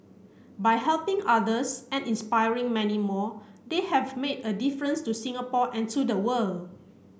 by helping others and inspiring many more they have made a difference to Singapore and to the world